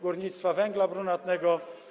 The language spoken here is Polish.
górnictwa węgla brunatnego.